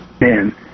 Man